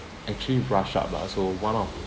actually rushed out lah so one of